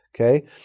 Okay